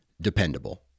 dependable